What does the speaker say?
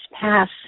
pass